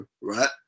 right